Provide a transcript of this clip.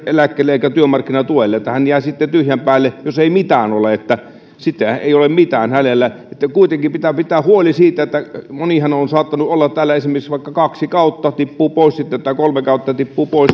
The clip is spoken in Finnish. eläkkeelle eikä työmarkkinatuelle hän jää sitten tyhjän päälle jos ei mitään ole sitten ei ole mitään hänellä kuitenkin pitää pitää huoli kun monihan on saattanut olla täällä esimerkiksi vaikka kaksi kautta tippuu pois sitten tai kolme kautta ja tippuu pois